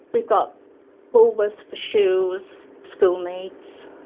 we've got woolworths for shoes, school needs,